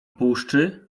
puszczy